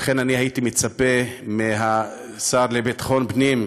לכן, הייתי מצפה מהשר לביטחון פנים,